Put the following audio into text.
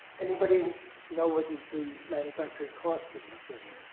anybody know what is the manufacturing cost of the thing?